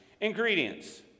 Ingredients